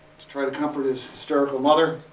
to try to comfort his hysterical mother.